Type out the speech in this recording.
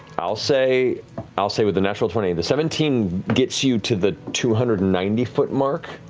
i'll say i'll say with a natural twenty the seventeen gets you to the two hundred and ninety foot mark,